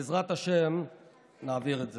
בעזרת השם נעביר את זה.